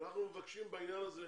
אנחנו מבקשים בעניין הזה,